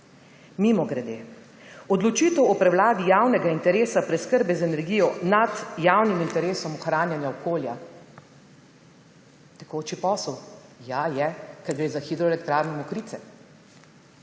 Mimogrede, odločitev o prevladi javnega interesa preskrbe z energijo nad javnim interesom ohranjanja okolja. Tekoči posel? Ja, je, ker gre za Hidroelektrarno Mokrice.